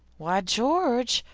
why, george,